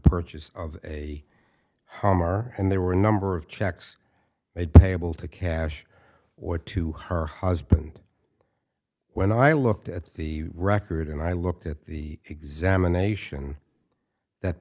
purchase of a hummer and there were a number of checks it payable to cash or to her husband when i looked at the record and i looked at the examination that